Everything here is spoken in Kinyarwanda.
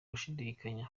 bufatanye